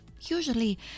Usually